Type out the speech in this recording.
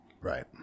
right